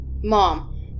Mom